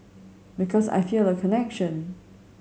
because I feel a connection